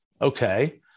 Okay